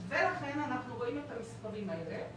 ולכן אנחנו רואים את המספרים האלה.